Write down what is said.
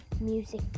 music